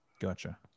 Gotcha